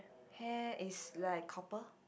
hair is like copper